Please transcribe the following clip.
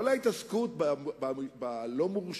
כל ההתעסקות בלא-מורשים,